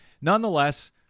Nonetheless